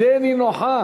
היא די נינוחה.